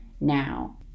Now